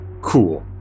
Cool